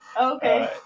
Okay